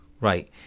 Right